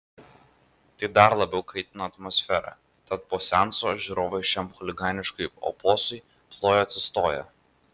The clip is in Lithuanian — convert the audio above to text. tai dar labiau kaitino atmosferą tad po seanso žiūrovai šiam chuliganiškam opusui plojo atsistoję